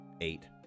eight